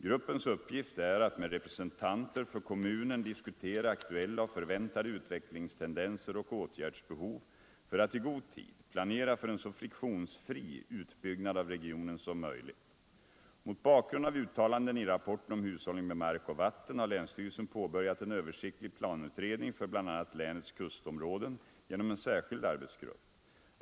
Gruppens uppgift är att med representanter för kommunen diskutera aktuella och förväntade utvecklingstendenser och åtgärdsbehov för att i god tid planera för en så friktionsfri utbyggnad av regionen som möjligt. Mot bakgrund av uttalanden i rapporten om Hushållningen med mark och vatten har länsstyrelsen påbörjat en översiktlig planutredning för bl.a. länets kustområden genom en särskild arbetsgrupp.